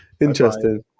Interesting